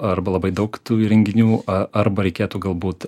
arba labai daug tų įrenginių arba reikėtų galbūt